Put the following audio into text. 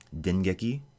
Dengeki